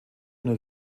und